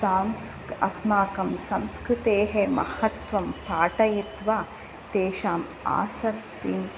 सांस्क् अस्माकं संस्कृतेः महत्त्वं पाठयित्वा तेषाम् आसक्तिं